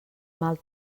mal